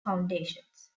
foundations